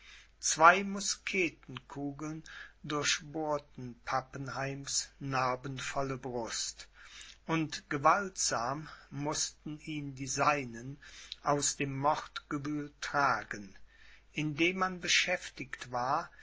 zwei musketenkugeln durchbohrten pappenheims narbenvolle brust und gewaltsam mußten ihn die seinen aus dem mordgewühl tragen indem man beschäftigt war